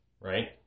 right